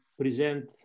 present